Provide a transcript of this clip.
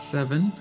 Seven